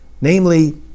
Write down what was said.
Namely